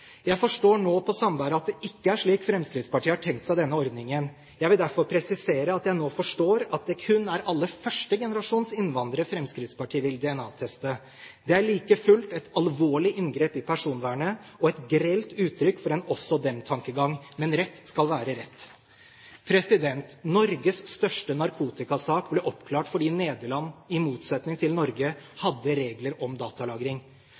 Jeg forstår nå på Sandberg at det ikke er slik Fremskrittspartiet har tenkt seg denne ordningen. Jeg vil derfor presisere at jeg nå forstår at det kun er aller første generasjons innvandrere Fremskrittspartiet vil DNA-teste. Det er like fullt et alvorlig inngrep i personvernet og et grelt uttrykk for en «oss og dem»-tankegang. Men rett skal være rett. Norges største narkotikasak ble oppklart fordi Nederland, i motsetning til Norge, hadde regler om datalagring.